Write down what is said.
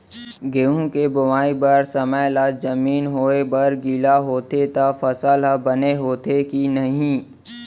गेहूँ के बोआई बर समय ला जमीन होये बर गिला होथे त फसल ह बने होथे की नही?